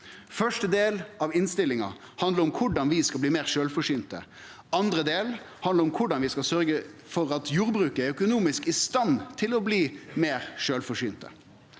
Første del av innstillinga handlar om korleis vi skal bli meir sjølvforsynte. Andre del handlar om korleis vi skal sørgje for at jordbruket er økonomisk i stand til å bli meir sjølvforsynt.